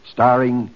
Starring